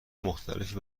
مختلفی